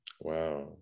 Wow